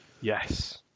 Yes